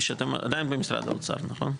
עדיין במשרד האוצר, נכון?